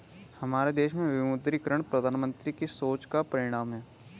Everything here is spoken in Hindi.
हमारे देश में विमुद्रीकरण प्रधानमन्त्री की सोच का परिणाम है